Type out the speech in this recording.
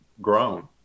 grown